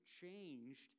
changed